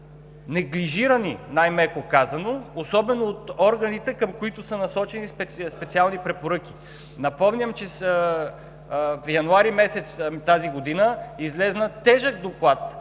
неглижирани, най-меко казано, особено от органите, към които са насочени специални препоръки. Напомням, че през месец януари тази година излезе тежък доклад